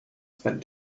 spend